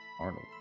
Arnold